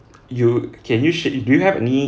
you can you sha~ do you have any